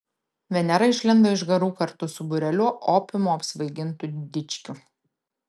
venera išlindo iš garų kartu su būreliu opiumu apsvaigintų dičkių